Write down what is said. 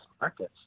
markets